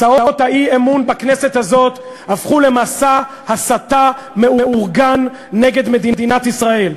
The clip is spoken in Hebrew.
הצעות האי-אמון בכנסת הזאת הפכו למסע הסתה מאורגן נגד מדינת ישראל.